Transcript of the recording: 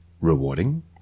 rewarding